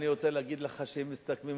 אני רוצה להגיד לך שהם מסתכמים,